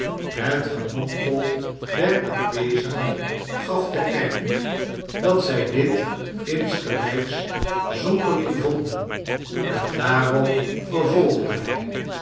het gemompel der aanwezigen gaf te kennen dat zij dit insgelijks zonderling vonden en daarop vervolgde hij